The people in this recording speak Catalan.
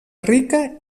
rica